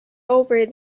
over